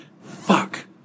fuck